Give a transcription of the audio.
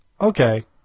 okay